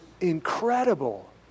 incredible